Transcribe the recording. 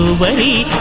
way!